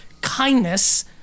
kindness